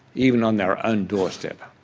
even on their own doorstep.